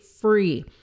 free